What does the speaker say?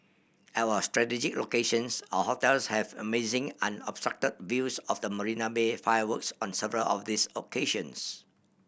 at our strategic locations our hotels have amazing unobstructed views of the Marina Bay fireworks on several of these occasions